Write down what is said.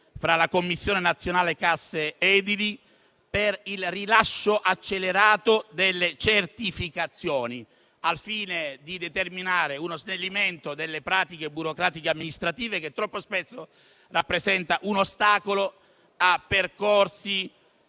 e la Commissione nazionale paritetica per le casse edili (CNCE) per il rilascio accelerato delle certificazioni, al fine di determinare uno snellimento delle pratiche burocratiche amministrative, che troppo spesso rappresentano un ostacolo a percorsi